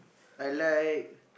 I like